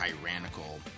tyrannical